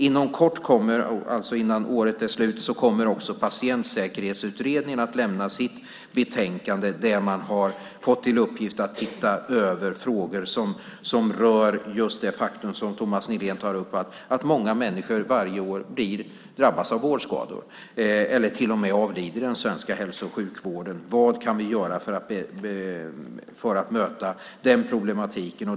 Inom kort, innan året är slut, kommer också Patientsäkerhetsutredningen att lämna sitt betänkande där man har fått till uppgift att se över frågor som rör just det faktum som Thomas Nihlén tar upp, nämligen att många människor varje år drabbas av vårdskador eller till och med avlider i den svenska hälso och sjukvården. Vad kan vi göra för att möta den problematiken?